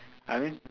I mean